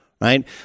right